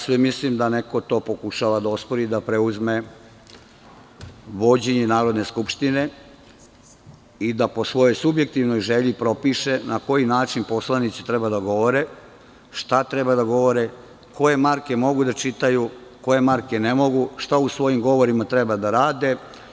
Sve mislim da neko to pokušava da ospori, da preuzme vođenje Narodne skupštine i da, po svojoj subjektivnoj želji, propiše na koji način poslanici treba da govore, šta treba da govore, koje marke mogu da čitaju, koje marke ne mogu, šta u svojim govorima treba da rade.